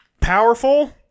Powerful